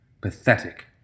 Pathetic